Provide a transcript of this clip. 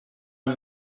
him